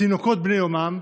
תינוקות בני יומם,